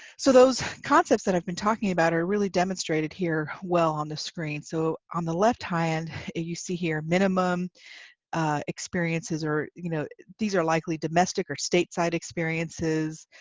so those concepts that i've been talking about are really demonstrated here well on the screen, so on the left high end you see here minimum experiences or you know these are likely domestic or state side experiences